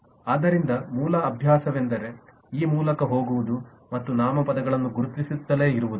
ಆದ್ದರಿಂದ ಮೂಲ ಅಭ್ಯಾಸವೆಂದರೆ ಈ ಮೂಲಕ ಹೋಗುವುದು ಮತ್ತು ನಾಮಪದಗಳನ್ನು ಗುರುತಿಸುತ್ತಲೇ ಇರುವುದು